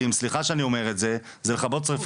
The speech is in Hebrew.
סליחה שאני אומר את זה, זה לכבות שריפות.